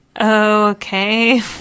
Okay